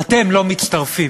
אתם לא מצטרפים